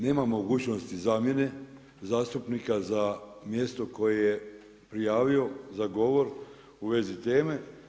Nema mogućnosti zamjene zastupnika za mjesto koje je prijavio za govor u vezi teme.